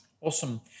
Awesome